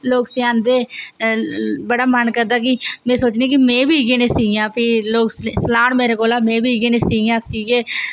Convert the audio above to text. लोग सेआंदे बड़ा मन करदा कि में सोचनी में बी इयै जेह् सियां कि फ्ही लोग सेआन मेरे कोला दा में बी सीआं